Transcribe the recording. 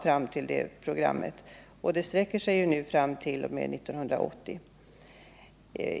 Programmet sträcker sig fram t.o.m. 1980.